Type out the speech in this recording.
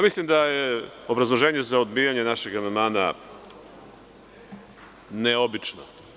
Mislim da je obrazloženje za odbijanje našeg amandmana neobično.